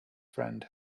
friend